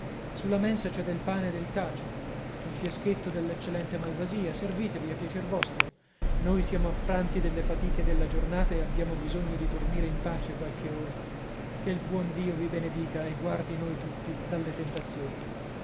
sulla mensa c'è del pane e del cacio nel fiaschetto dell'eccellente malvasia servitevi a piacer vostro noi siamo affranti dalle fatiche della giornata e abbiamo bisogno di dormire in pace qualche ora che il buon dio vi benedica e guardi noi tutti dalle tentazioni